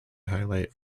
highlight